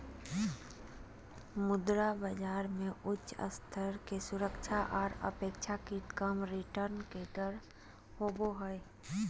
मुद्रा बाजार मे उच्च स्तर के सुरक्षा आर अपेक्षाकृत कम रिटर्न के दर होवो हय